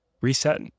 reset